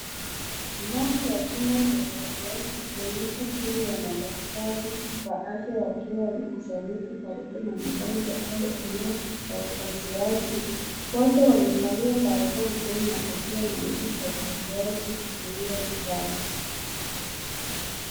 Ndani ya chumba cha upasuaji ikionyesha timu ya madaktari wa afya wakiwa wamekusanyika karibu na mgonjwa au eneo la upasuaji. Wote wamevalia barakoa na kofia maalum za upasuaji kuzuia uchafu.